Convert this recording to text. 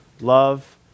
Love